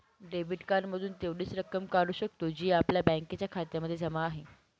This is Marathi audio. डेबिट कार्ड मधून तेवढीच रक्कम काढू शकतो, जी आपल्या बँकेच्या खात्यामध्ये जमा आहे